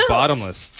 bottomless